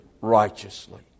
righteously